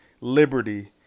Liberty